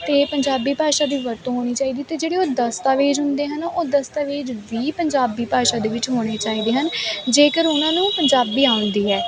ਅਤੇ ਪੰਜਾਬੀ ਭਾਸ਼ਾ ਦੀ ਵਰਤੋਂ ਹੋਣੀ ਚਾਹੀਦੀ ਅਤੇ ਜਿਹੜੇ ਉਹ ਦਸਤਾਵੇਜ਼ ਹੁੰਦੇ ਹਨ ਉਹ ਦਸਤਾਵੇਜ਼ ਵੀ ਪੰਜਾਬੀ ਭਾਸ਼ਾ ਦੇ ਵਿੱਚ ਹੋਣੇ ਚਾਹੀਦੇ ਹਨ ਜੇਕਰ ਉਹਨਾਂ ਨੂੰ ਪੰਜਾਬੀ ਆਉਂਦੀ ਹੈ